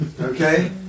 Okay